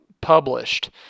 published